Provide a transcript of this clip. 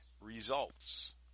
results